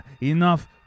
enough